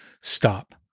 stop